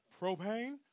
propane